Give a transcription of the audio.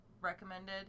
recommended